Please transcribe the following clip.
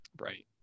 Right